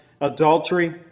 adultery